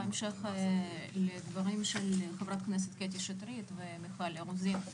בהמשך לדברים של חברת הכנסת קטי שטרית ומיכל רוזין,